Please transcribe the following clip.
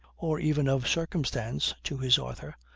or even of circumstance, to his author,